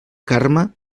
carme